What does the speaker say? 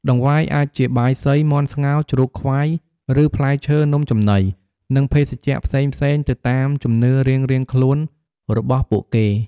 តង្វាយអាចជាបាយសី មាន់ស្ងោរ ជ្រូកខ្វៃ ឬផ្លែឈើ នំចំណី និងភេសជ្ជៈផ្សេងៗទៅតាមជំនឿរៀងៗខ្លួនរបស់ពួកគេ។